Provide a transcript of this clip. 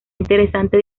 interesante